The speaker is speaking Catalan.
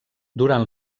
durant